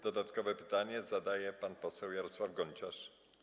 Dodatkowe pytanie zadaje pan poseł Jarosław Gonciarz.